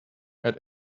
had